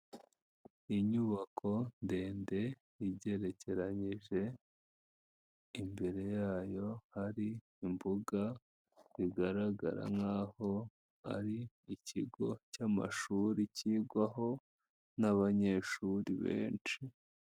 Inyubako ndende igerekeyije, imbere yayo hari imbuga zigaragara nkahoho ari ikigo cy'amashuri kigwaho n'abanyeshuri benshi.